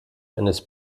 eines